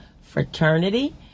fraternity